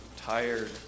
tired